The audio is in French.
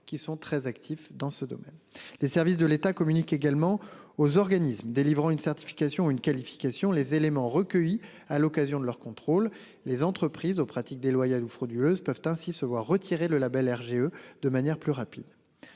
qui sont très actifs dans ce domaine. Les services de l'État communique également aux organismes délivrant une certification une qualification. Les éléments recueillis à l'occasion de leur contrôle les entreprises aux pratiques déloyales ou frauduleuses peuvent ainsi se voir retirer le Label RGE de manière plus rapide.